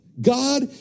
God